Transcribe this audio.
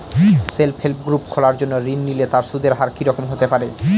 Self help group খোলার জন্য ঋণ নিলে তার সুদের হার কি রকম হতে পারে?